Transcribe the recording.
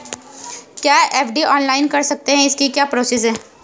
क्या FD online कर सकते हैं इसकी क्या प्रोसेस है?